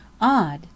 Odd